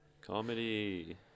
Comedy